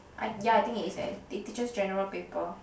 I yeah I think it is eh it teaches general paper